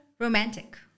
Romantic